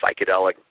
psychedelic